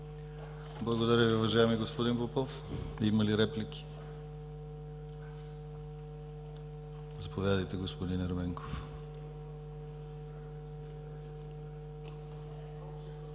Благодаря Ви, уважаеми господин Попов. Има ли реплики? Заповядайте, господин Ерменков.